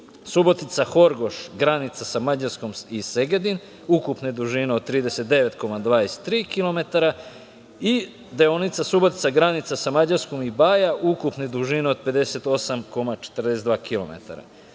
Subotica – Horgoš, granica sa Mađarskom i Segedin, ukupne dužine od 39,23 kilometara i deonica Subotica – granica sa Mađarskom i Baja, ukupne dužine od 58,42